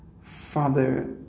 Father